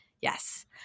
Yes